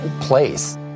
place